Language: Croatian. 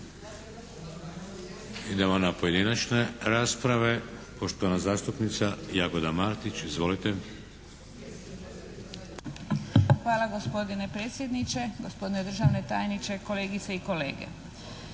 Hvala gospodine predsjedniče, gospodine državni tajniče, kolegice i kolege.